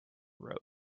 wrote